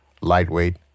lightweight